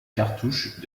cartouches